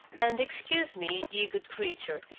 and excuse me, you good creature,